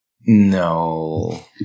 No